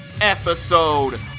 episode